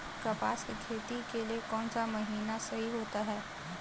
कपास की खेती के लिए कौन सा महीना सही होता है?